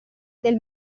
del